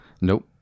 Nope